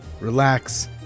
relax